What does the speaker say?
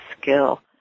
skill